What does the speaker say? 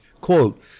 Quote